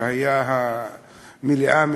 שהיה במליאה,